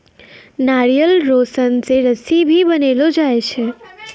नारियल रो सन से रस्सी भी बनैलो जाय छै